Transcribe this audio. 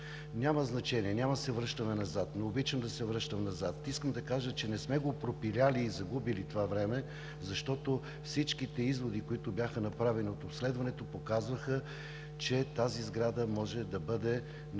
Няма значение, няма да се връщаме назад – не обичам да се връщам назад. Искам да кажа, че не сме го пропилели и загубили това време, защото всичките изводи, които бяха направени от обследването, показваха, че тази сграда може да бъде направена